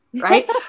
Right